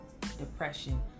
depression